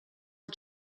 els